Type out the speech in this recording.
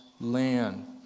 land